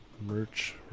merch